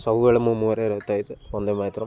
ସବୁବେଳେ ମୋ ମୁହଁରେ ରହିଥାଏ ବନ୍ଦେ ମାତରମ୍